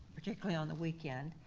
particularly on the weekend,